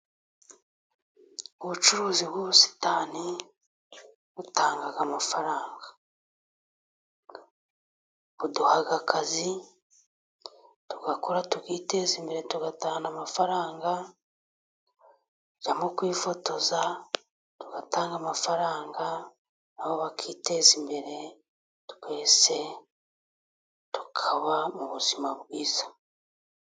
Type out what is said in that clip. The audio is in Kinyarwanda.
Ubucuruzi bw'ubusitani butanga amafaranga, buduha akazi tugakora tukiteza imbere, tugatahana amafaranga. Tujyamo kwifotoza tugatanga amafaranga na bo bakiteza imbere, twese tukaba mu buzima bwiza.